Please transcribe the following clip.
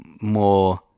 more